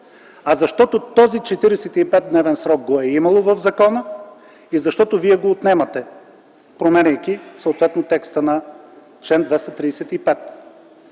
а защото този 45-дневен срок го е имало в закона и защото вие го отнемате, променяйки съответно текста на чл. 235?